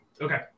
Okay